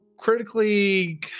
critically